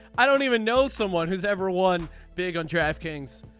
i don't even know someone who's ever won big on draft kings.